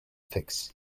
fix